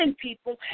people